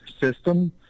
system